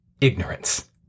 ignorance